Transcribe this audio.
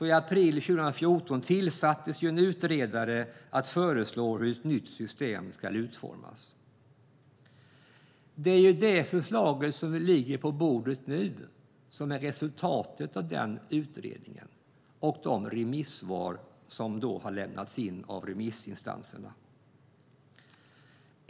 I april 2014 tillsattes en utredare som skulle föreslå hur ett nytt system skulle utformas. Det är det förslag som ligger på bordet nu som är resultatet av den utredningen och de remissvar som har lämnats in av remissinstanserna.